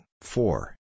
four